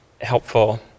helpful